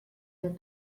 der